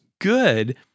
good